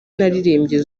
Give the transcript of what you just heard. naririmbye